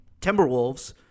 Timberwolves